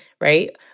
Right